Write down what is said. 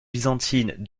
byzantines